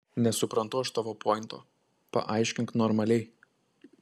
nesuprantu aš tavo pointo paaiškink normaliai